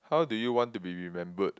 how do you want to be remembered